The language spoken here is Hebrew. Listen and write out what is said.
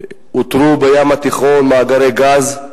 שאותרו בים התיכון מאגרי גז.